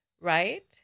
Right